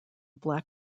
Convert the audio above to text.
black